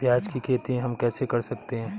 प्याज की खेती हम कैसे कर सकते हैं?